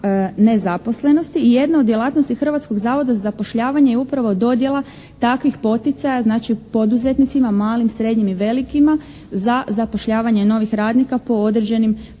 nezaposlenosti i jedna od djelatnosti Hrvatskog zavoda za zapošljavanje je upravo dodjela takvih poticaja znači poduzetnicima malim, srednjim i velikima za zapošljavanje novih radnika po određenim